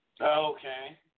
Okay